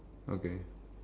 okay